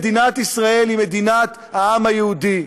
מדינת ישראל היא מדינת העם היהודי,